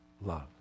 love